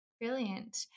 Brilliant